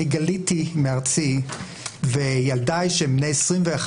אני גליתי מארצי וילדיי, שהם בני 21,